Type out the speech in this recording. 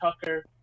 Tucker